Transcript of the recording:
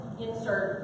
insert